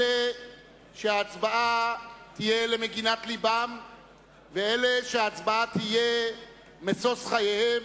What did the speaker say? אלה שההצבעה תהיה למגינת לבם ואלה שההצבעה תהיה משוש חייהם,